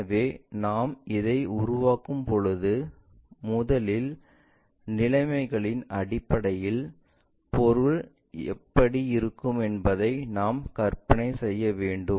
எனவே நாங்கள் இதை உருவாக்கும்போது முதலில் நிலைமைகளின் அடிப்படையில் பொருள் எப்படி இருக்கும் என்பதை நாம் கற்பனை செய்ய வேண்டும்